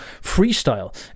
freestyle